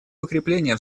укрепления